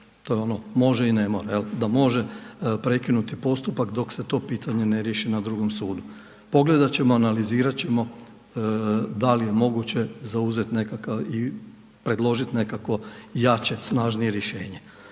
to je ono može i ne mora, da može prekinuti postupak dok se to pitanje ne riješi na drugom sudu. Pogledati ćemo, analizirati ćemo da li je moguće zauzeti nekakav i predložiti nekakvo jače, snažnije rješenje.